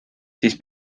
siis